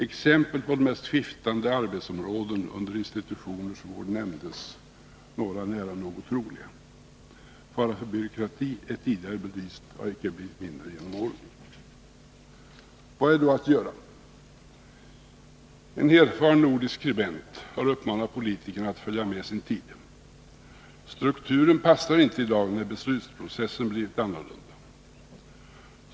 Exempel på de mest skiftande arbetsområden under institutioners vård nämndes, några nära nog otroliga. Faran för byråkrati är tidigare belyst och har icke blivit mindre genom åren. Vad är då att göra? En erfaren nordisk skribent har uppmanat politikerna att följa med sin tid. Strukturen passar inte i dag, när beslutsprocessen blivit annorlunda.